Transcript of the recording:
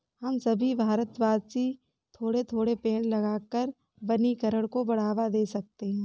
हम सभी भारतवासी थोड़े थोड़े पेड़ लगाकर वनीकरण को बढ़ावा दे सकते हैं